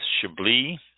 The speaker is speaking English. Chablis